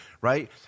right